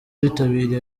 bitabiriye